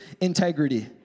integrity